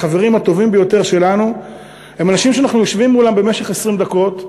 החברים הטובים ביותר שלנו הם אנשים שאנחנו יושבים מולם במשך 20 דקות,